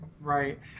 Right